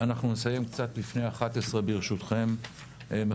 אנחנו נסיים קצת לפני 11:00 ברשותכם מכובדיי,